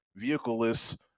vehicleless